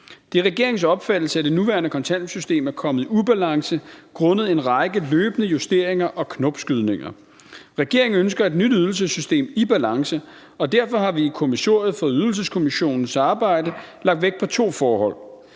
Det er regeringens opfattelse, at det nuværende kontanthjælpssystem er kommet i ubalance grundet en række løbende justeringer og knopskydninger. Regeringen ønsker et nyt ydelsessystem i balance, og derfor har vi i kommissoriet for Ydelseskommissionens arbejde lagt vægt på to forhold: